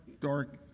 dark